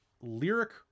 Lyric